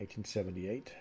1878